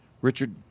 Richard